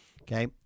Okay